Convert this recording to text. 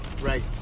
Right